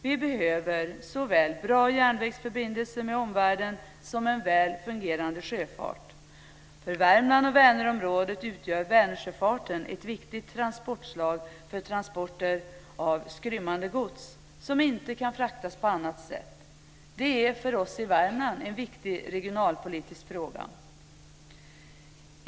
Vi behöver såväl bra järnvägsförbindelser med omvärlden som en väl fungerande sjöfart. För Värmland och Vänerområdet utgör Vänersjöfarten ett viktigt transportslag för transporter av skrymmande gods som inte kan fraktas på annat sätt. För oss i Värmland är det en viktig regionalpolitisk fråga.